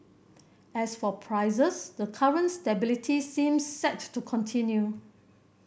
as for prices the current stability seems set to continue